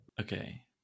Okay